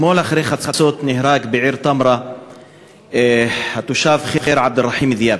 אתמול אחרי חצות נהרג בעיר תמרה התושב ח'יר עבד-אלרחים דיאב,